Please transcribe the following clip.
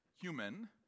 human